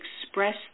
express